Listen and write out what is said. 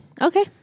Okay